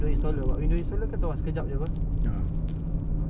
okay lah hopefully hopefully smooth ah aku rasa